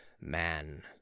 man